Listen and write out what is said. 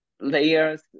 layers